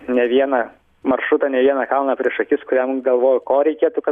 ne vieną maršrutą ne vieną kalną prieš akis kuriam gavoju ko reikėtų kad